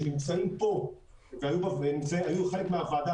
שנמצאים פה והיו חלק מהוועדה,